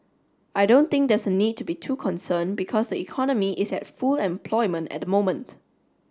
I don't think there's a need to be too concerned because the economy is at full employment at the moment